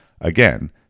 Again